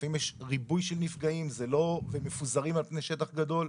לפעמים יש ריבוי נפגעים שמפוזרים על פני שטח גדול,